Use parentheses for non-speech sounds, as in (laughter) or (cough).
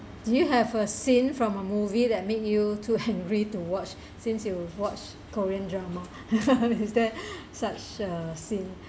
do you have a scene from a movie that make you too (laughs) angry to watch since you watch korean drama (laughs) is there (breath) such a scene